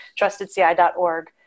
trustedci.org